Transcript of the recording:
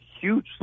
huge